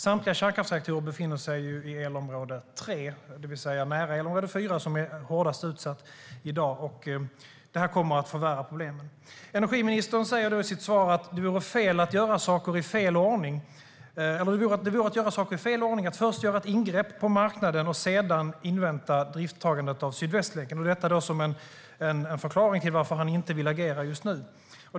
Samtliga kärnkraftverk befinner sig i elområde 3, det vill säga nära elområde 4, som är hårdast utsatt i dag, och det kommer att förvärra problemen. Energiministern säger i sitt svar att det vore att göra saker i fel ordning att först göra ett ingrepp på marknaden och sedan invänta idrifttagandet av Sydvästlänken - detta som en förklaring till varför han inte vill agera just nu.